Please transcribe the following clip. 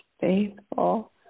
faithful